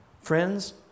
Friends